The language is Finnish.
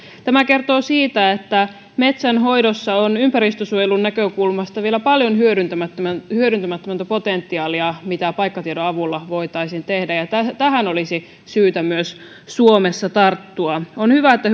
tämä kertoo siitä että metsänhoidossa on ympäristönsuojelun näkökulmasta vielä paljon hyödyntämätöntä potentiaalia siinä mitä paikkatiedon avulla voitaisiin tehdä ja tähän tähän olisi syytä myös suomessa tarttua on hyvä että